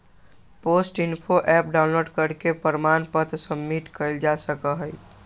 post info app download करके प्रमाण पत्र सबमिट कइल जा सका हई